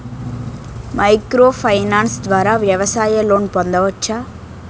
Micro finance ద్వారా వ్యవసాయ loan పొందవచ్చా?